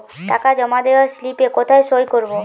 টাকা জমা দেওয়ার স্লিপে কোথায় সই করব?